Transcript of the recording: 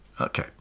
Okay